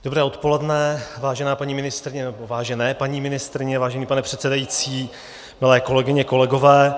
Dobré odpoledne, vážená paní ministryně, nebo vážené paní ministryně, vážený pane předsedající, milé kolegyně, kolegové.